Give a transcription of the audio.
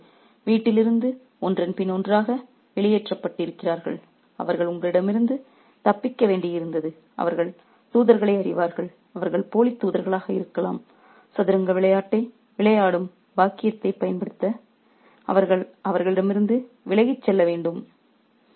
எனவே அவர்கள் ஒரு வீட்டிலிருந்து ஒன்றன்பின் ஒன்றாக வெளியேற்றப்பட்டிருக்கிறார்கள் அவர்கள் உங்களிடமிருந்து தப்பிக்க வேண்டியிருந்தது அவர்கள் தூதர்களை அறிவார்கள் அவர்கள் போலி தூதர்களாக இருந்தாலும் சதுரங்க விளையாட்டை விளையாடும் பாக்கியத்தை பயன்படுத்த அவர்கள் அவர்களிடமிருந்து விலகிச் செல்ல வேண்டும்